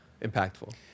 impactful